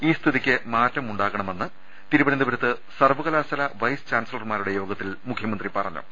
ഈ സ്ഥിതിക്ക് മാറ്റമുണ്ടാകണമെന്ന് തിരുവനന്തപുരത്ത് സർവ്വകലാ ശാലാ വൈസ് ചാൻസലർമാരുടെ യോഗത്തിൽ മുഖ്യമന്ത്രി പറഞ്ഞു